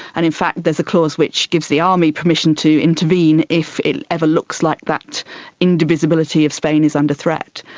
and in fact there's a clause which gives the army permission to intervene if it ever looks like that indivisibility of spain is under threat.